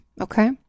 Okay